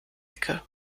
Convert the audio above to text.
ecke